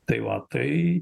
tai va tai